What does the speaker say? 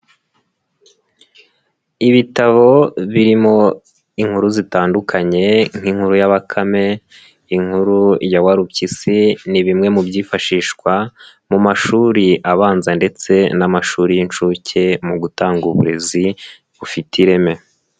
Ibitabo birimo inkuru zitandukanye nk'inkuru ya bakame, inkuru ya warupyisi, ni bimwe mu byifashishwa mu mashuri abanza ndetse n'amashuri y'incuke, mu gutanga uburezi bufite ireme.